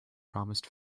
promised